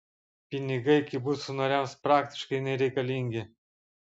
pinigai kibucų nariams praktiškai nereikalingi